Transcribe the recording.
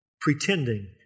Pretending